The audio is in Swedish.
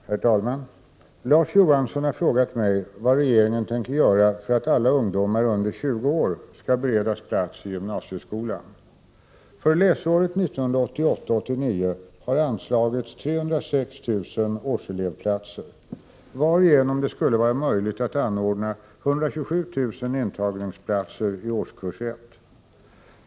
Herr talman! Larz Johansson har frågat mig vad regeringen tänker göra för att alla ungdomar under 20 år skall beredas plats i gymnasieskolan. För läsåret 1988/89 har anslagits 306 000 årselevplatser, varigenom det skulle vara möjligt att anordna 127 000 intagningsplatser i årskurs 1.